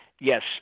Yes